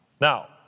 Now